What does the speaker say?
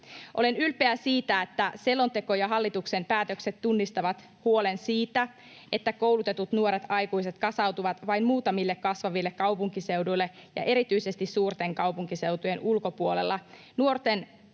Olen ylpeä siitä, että selonteko ja hallituksen päätökset tunnistavat huolen siitä, että koulutetut nuoret aikuiset kasautuvat vain muutamille kasvaville kaupunkiseuduille ja erityisesti suurten kaupunkiseutujen ulkopuolella nuorten